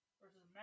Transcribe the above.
versus